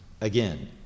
Again